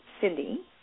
cindy